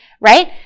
right